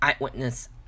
eyewitness